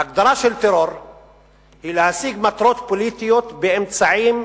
ההגדרה של טרור היא להשיג מטרות פוליטיות באמצעים,